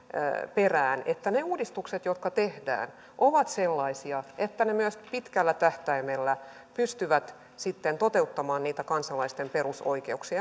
perään että ne uudistukset jotka tehdään ovat sellaisia että ne myös pitkällä tähtäimellä pystyvät sitten toteuttamaan niitä kansalaisten perusoikeuksia